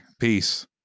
Peace